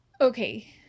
Okay